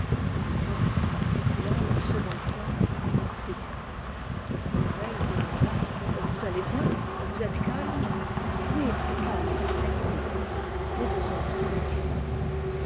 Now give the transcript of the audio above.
le vicomte articula une seconde fois merci le colonel demanda vous allez bien vous êtes calme oui très calme merci les deux hommes se retirèrent